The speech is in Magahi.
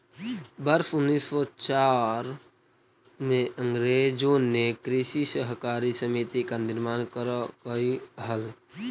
वर्ष उनीस सौ चार में अंग्रेजों ने कृषि सहकारी समिति का निर्माण करकई हल